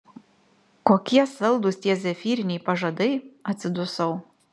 kokie saldūs tie zefyriniai pažadai atsidusau